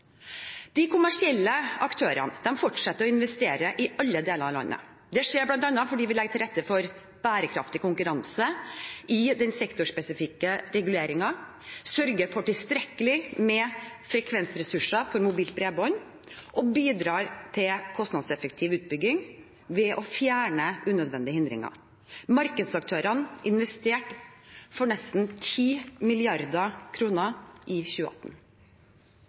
De kommersielle aktørene fortsetter å investere i alle deler av landet. Det skjer bl.a. fordi vi legger til rette for bærekraftig konkurranse i den sektorspesifikke reguleringen, sørger for tilstrekkelig med frekvensressurser for mobilt bredbånd og bidrar til kostnadseffektiv utbygging ved å fjerne unødvendige hindringer. Markedsaktørene investerte nesten 10 mrd. kr i 2018.